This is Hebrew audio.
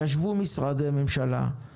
ישבו משרדי ממשלה.